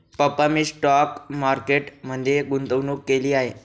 पप्पा मी stock market मध्ये गुंतवणूक केली आहे